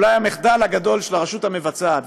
אולי המחדל הגדול של הרשות המבצעת,